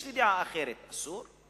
יש לי דעה אחרת, אסור?